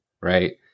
right